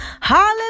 Hallelujah